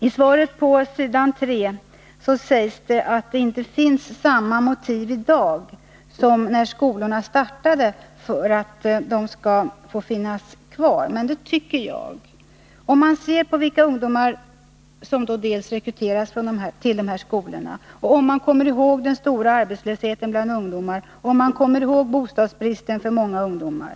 I svaret sägs vidare att det i dag inte finns samma motiv för att skolorna skall få finnas kvar som när de startade. Men det tycker jag. Det finns motiv för deras fortsatta existens, om man ser på vilka ungdomar det är som rekryteras till skolorna, om man tänker på den stora arbetslösheten bland ungdomarna och om man tänker på den stora bostadsbrist som drabbar många ungdomar.